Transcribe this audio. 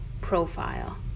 profile